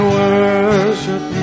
worship